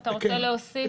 אתה רוצה להוסיף?